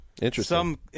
Interesting